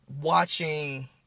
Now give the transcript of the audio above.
watching